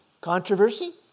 controversy